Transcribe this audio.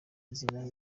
inzira